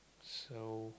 so